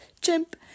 Chimp